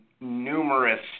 numerous